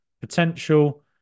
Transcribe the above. potential